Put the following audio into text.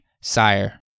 Sire